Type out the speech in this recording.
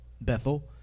Bethel